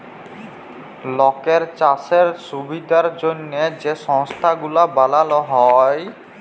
লকের চাষের সুবিধার জ্যনহে যে সংস্থা গুলা বালাল হ্যয়